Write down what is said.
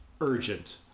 urgent